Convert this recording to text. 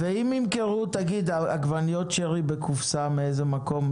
ואם ימכרו עגבניות שרי בקופסה מאיזה מקום,